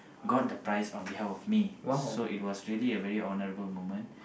got the prize on behalf of me so it was really a very honorable moment